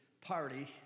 party